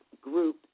group